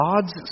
God's